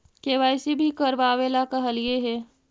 KYC भी करवावेला कहलिये हे?